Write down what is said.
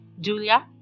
Julia